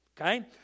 Okay